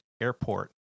airport